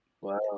Wow